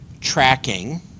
tracking